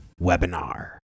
webinar